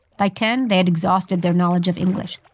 by ten, they had exhausted their knowledge of english.